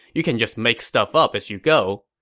you can just make stuff up as you go.